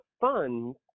funds